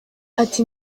ati